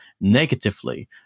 negatively